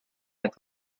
fact